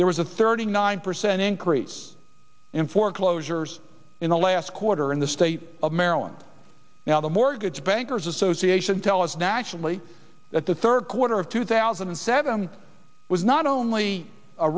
there was a thirty nine percent increase in foreclosures in the last quarter in the state of maryland now the mortgage bankers association tell us naturally that the third quarter of two thousand and seven was not only a